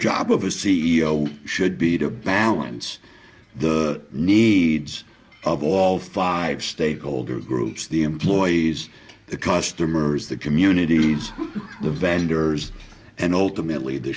job of a c e o should be to balance the needs of all five stakeholder groups the employees the customers the communities the vendors and ultimately the